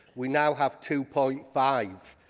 we now have two point five.